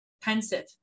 pensive